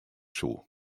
soe